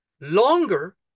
longer